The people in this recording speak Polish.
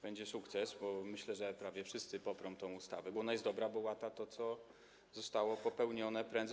Będzie sukces, bo myślę, że prawie wszyscy poprą tę ustawę, bo ona jest dobra, bo łata to, co zostało popełnione wcześniej.